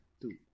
two